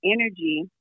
energy